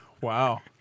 wow